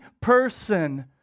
person